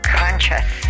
conscious